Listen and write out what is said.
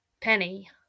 Penny